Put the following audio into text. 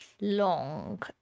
long